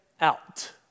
out